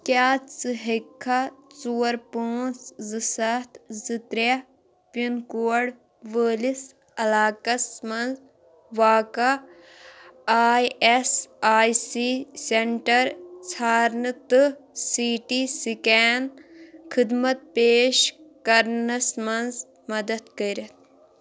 کیٛاہ ژٕ ہیٚککھا ژور پانٛژھ زٕ سَتھ زٕ ترٛےٚ پِن کوڈ وٲلِس علاقَس منٛز واقعہ I S I C centre ژھارنہٕ تہٕ سی ٹی سِکین خٔدمَت پیش کَرنَس منٛز مَدَد کٔرِتھ